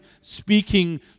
speaking